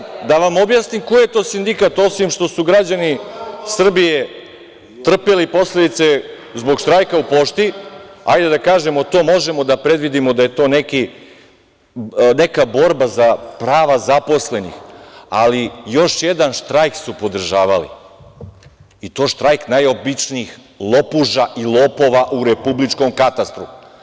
Da vam objasnim koji je to sindikat, osim što su građani Srbije trpeli posledice zbog štrajka u Pošti, hajde da kažemo, to možemo da predvidimo da je to neka borba za prava zaposlenih, ali još jedan štrajk su podržavali i to štrajk najobičnijih lopuža i lopova u Republičkom katastru.